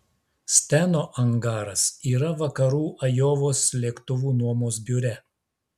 steno angaras yra vakarų ajovos lėktuvų nuomos biure